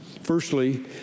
firstly